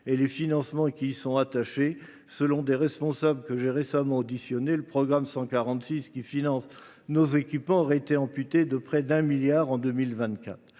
et les financements qui y sont attachés. Selon des responsables que j’ai récemment auditionnés, le programme 146, « Équipement des forces », aurait été amputé de près d’un milliard d’euros